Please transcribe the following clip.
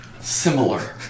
similar